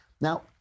Now